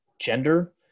gender